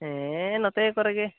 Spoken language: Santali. ᱦᱮᱸ ᱱᱚᱛᱮ ᱠᱚᱨᱮ ᱜᱮ